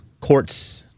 Courts